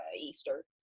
Easter